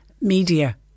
media